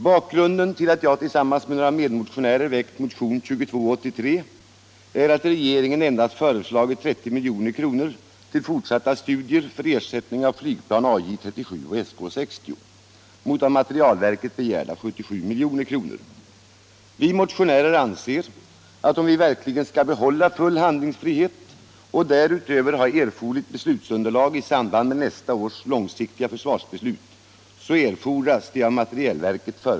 Bakgrunden till att jag tillsammans med några medmotionärer väckt motionen 2283 är att regeringen föreslagit endast 30 milj.kr. till fortsatta studier för ersättning av flygplan AJ 37 och SK 60 mot av materielverket begärda 77 milj.kr. Vi motionärer anser att de av materielverket föreslagna 77 miljonerna erfordras om vi verkligen skall behålla full handlingsfrihet och därutöver ha erforderligt beslutsunderlag i samband med nästa års långsiktiga försvarsbeslut.